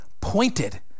pointed